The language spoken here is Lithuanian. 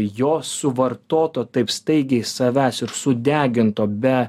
jo suvartoto taip staigiai savęs ir sudeginto be